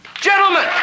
Gentlemen